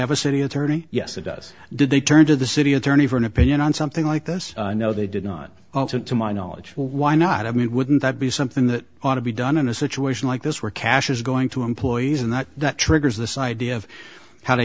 have a city attorney yes it does did they turn to the city attorney for an opinion on something like this no they did not to my knowledge why not i mean wouldn't that be something that ought to be done in a situation like this where cash is going to employees and that that triggers this idea of how